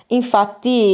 infatti